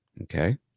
Okay